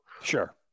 Sure